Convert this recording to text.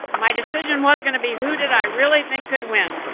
my decision was going to be, who did i really think could win?